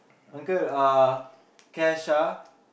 uncle uh cash ah